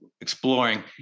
exploring